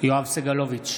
יואב סגלוביץ'